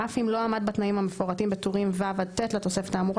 אף אם לא עמד בתנאים המפורטים בטורים ו' עד ט' לתוספת האמורה,